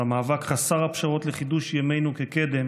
במאבק חסר הפשרות לחידוש ימינו כקדם